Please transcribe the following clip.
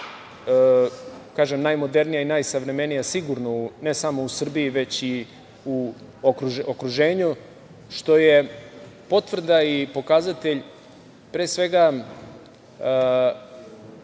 najmodernija i najsavremenija sigurno ne samo u Srbiji, već i u okruženju, što je potvrda i pokazatelj pre svega